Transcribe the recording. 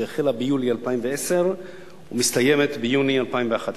שהחלה ביולי 2010 ומסתיימת ביוני 2011,